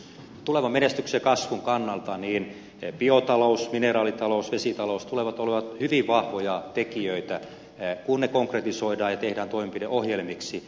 tulevan menestyksen ja kasvun kannalta biotalous mineraalitalous vesitalous tulevat olemaan hyvin vahvoja tekijöitä kun ne konkretisoidaan ja tehdään toimenpideohjelmiksi